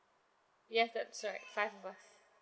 yes that's right five of us